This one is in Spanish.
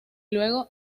luego